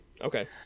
Okay